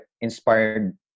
inspired